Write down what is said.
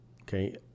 Okay